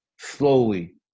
slowly